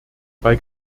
bei